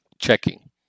checking